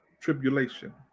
tribulation